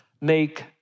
make